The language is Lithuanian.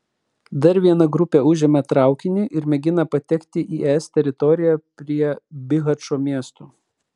dar viena grupė užėmė traukinį ir mėgina patekti į es teritoriją prie bihačo miesto